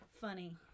Funny